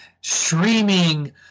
streaming